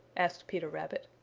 asked peter rabbit.